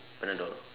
Panadol